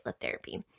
therapy